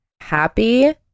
happy